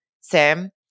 Sam